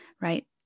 right